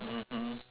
mmhmm